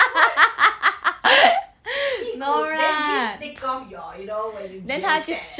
what 屁股 then you need to take off your you know when you when you tat~ eh